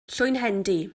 llwynhendy